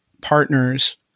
partners